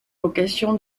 location